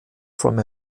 from